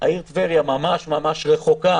העיר טבריה ממש רחוקה